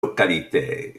localités